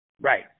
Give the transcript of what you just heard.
Right